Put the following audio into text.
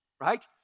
right